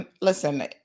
Listen